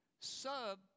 sub-